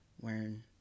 wearing